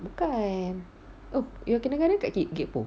bukan oh your kindergarten kat gek poh